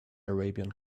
arabian